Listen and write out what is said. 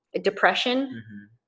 depression